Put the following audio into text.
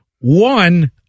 One